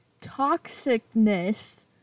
toxicness